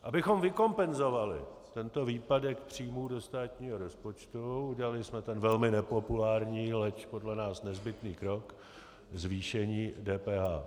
Abychom vykompenzovali tento výpadek příjmů do státního rozpočtu, udělali jsme ten velmi nepopulární, leč podle nás nezbytný krok, zvýšení DPH.